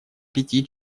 пяти